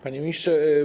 Panie Ministrze!